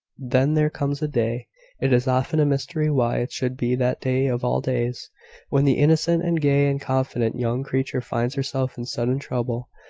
then there comes a day it is often a mystery why it should be that day of all days when the innocent, and gay, and confident young creature finds herself in sudden trouble.